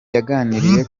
yaganiriye